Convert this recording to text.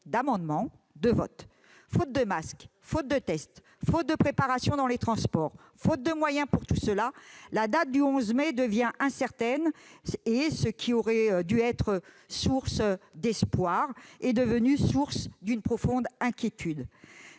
d'amendement et de vote. Faute de masques, faute de tests, faute de préparation dans les transports, faute de moyens, la date du 11 mai devient incertaine, et ce qui aurait dû être source d'espoir est devenu source de profonde inquiétude.